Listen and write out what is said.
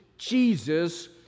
Jesus